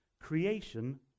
creation